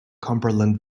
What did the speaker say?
cumberland